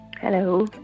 Hello